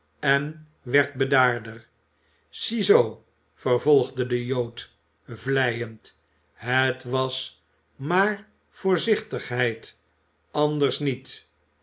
en werd bedaarder ziezoo vervolgde de jood vleiend het was maar voorzichtigheid anders niet